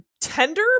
tender